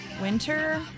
winter